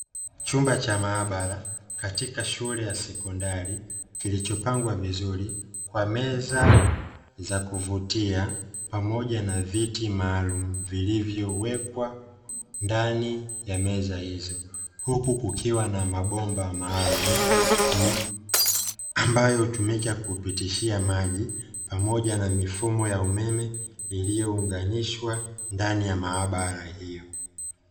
Chumba cha maabara katika shule ya sekondari kilichopangwa vizuri kwa meza za kuvutia pamoja na viti maalumu vilivyowekwa ndani ya meza hizo, huku kukiwa na mabomba maalumu ambayo hutumika kupitishia maji pamoja na mifumo ya umeme iliyounganishwa ndani ya maabara hiyo.